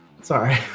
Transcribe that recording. Sorry